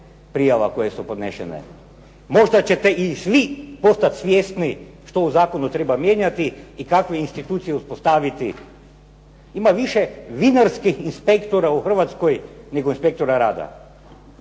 prijava koje su podnesene. Možda ćete svi postati svjesni što u Zakonu treba mijenjati i kakve institucije uspostaviti. Ima više vinorskih inspektora u Hrvatskoj nego inspektora rada.